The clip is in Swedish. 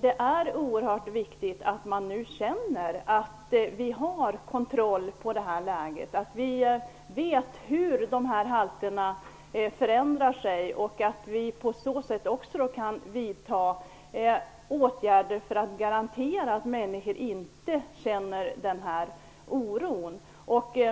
Det är oerhört viktigt att man nu känner att vi har kontroll på läget och vet hur halterna förändras och att vi kan vidta åtgärder för att garantera att människor inte skall behöva känna oro.